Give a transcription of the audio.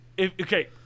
Okay